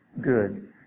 good